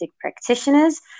Practitioners